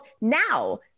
now